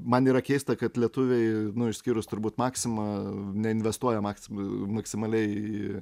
man yra keista kad lietuviai išskyrus turbūt maksima neinvestuoja maksima maksimaliai